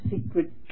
secret